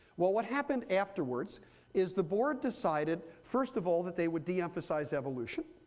well, what happened afterwards is the board decided, first of all that they would be emphasize evolution.